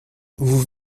vous